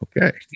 okay